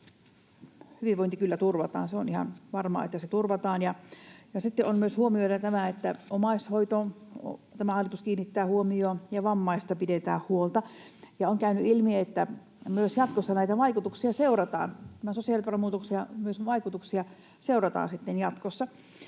hyvinvointi kyllä turvataan — se on ihan varmaa, että se turvataan. Sitten on myös huomioitava tämä, että omaishoitoon tämä hallitus kiinnittää huomiota ja vammaisista pidetään huolta. Ja on käynyt ilmi, että myös jatkossa vaikutuksia seurataan, näiden sosiaaliturvamuutosten vaikutuksia seurataan sitten myös jatkossa.